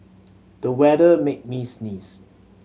the weather made me sneeze